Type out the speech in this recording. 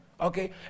Okay